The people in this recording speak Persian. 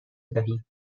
دهید